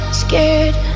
scared